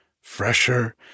fresher